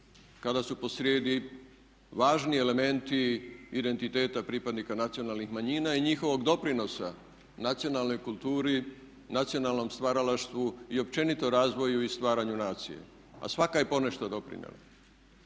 kada su posrijedi važni elementi identiteta pripadnika nacionalnih manjina i njihovog doprinosa nacionalnoj kulturi, nacionalnom stvaralaštvu i općenito razvoju i stvaranju nacije, a svaka je ponešto doprinijela.